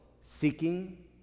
seeking